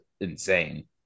insane